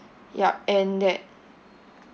yup and that